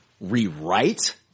rewrite